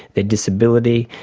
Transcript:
their disability,